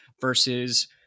versus